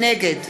נגד